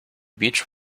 beech